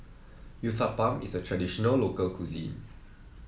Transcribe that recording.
uthapam is a traditional local cuisine